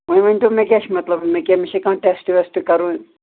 وَنۍ ؤنِتو مےٚ کیٛاہ چھِ مطلب مےٚ کیٛاہ مےٚ چھےٚ کانٛہہ ٹٮ۪سٹ وٮ۪سٹہٕ کرُن